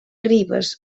ribes